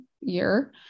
year